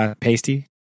pasty